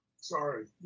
sorry